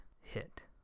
hit